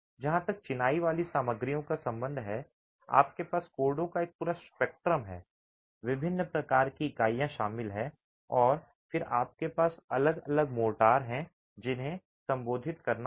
जहां तक चिनाई वाली सामग्रियों का संबंध है आपके पास कोडों का एक पूरा स्पेक्ट्रम है विभिन्न प्रकार की इकाइयां शामिल हैं और फिर आपके पास अलग अलग मोर्टार हैं जिन्हें संबोधित करना होगा